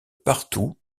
partout